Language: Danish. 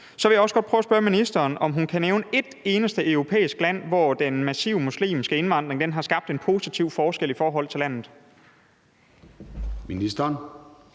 Så vil jeg også godt prøve at spørge ministeren, om hun kan nævne et eneste europæisk land, hvor den massive muslimske indvandring har skabt en positiv forskel i forhold til landet. Kl.